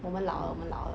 我们老了老了